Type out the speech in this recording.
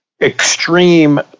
extreme